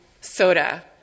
soda